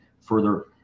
further